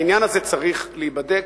העניין הזה צריך להיבדק,